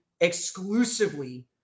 exclusively